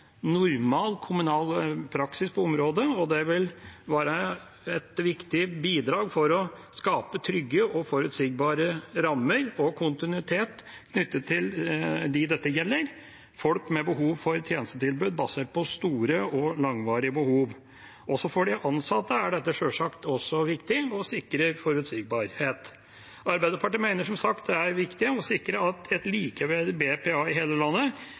normal kommunal praksis på området, og det vil være et viktig bidrag for å skape trygge og forutsigbare rammer og kontinuitet knyttet til dem dette gjelder: folk med store og langvarige behov for tjenestetilbud. Også for de ansatte er dette sjølsagt viktig og sikrer forutsigbarhet. Arbeiderpartiet mener som sagt det er viktig å sikre et likeverdig BPA i hele landet,